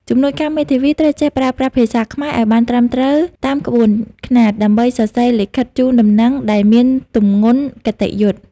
ជំនួយការមេធាវីត្រូវចេះប្រើប្រាស់ភាសាខ្មែរឱ្យបានត្រឹមត្រូវតាមក្បួនខ្នាត ដើម្បីសរសេរលិខិតជូនដំណឹងដែលមានទម្ងន់គតិយុត្តិ។